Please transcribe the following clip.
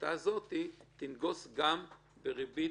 ההפחתה הזאת תנגוס גם בריבית